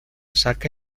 saca